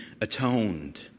atoned